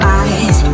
eyes